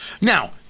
Now